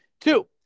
Two